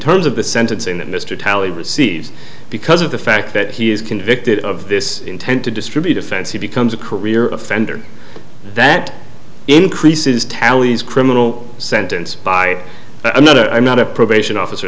terms of the sentencing that mr talley receives because of the fact that he is convicted of this intent to distribute offense he becomes a career offender that increases talley's criminal sentence by another i'm not a probation officer